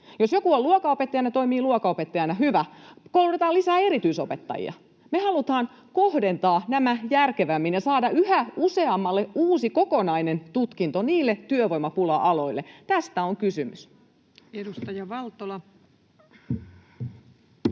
Jos joku on luokanopettajana, toimii luokanopettajana, hyvä. Koulutetaan lisää erityisopettajia. Me halutaan kohdentaa nämä järkevämmin ja saada yhä useammalle uusi kokonainen tutkinto työvoimapula-aloille. Tästä on kysymys. [Speech 168]